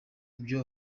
ibyo